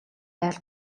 байвал